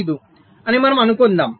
5 అని మనము అనుకుందాం